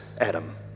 adam